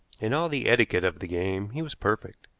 in all the etiquette of the game he was perfect,